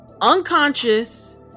unconscious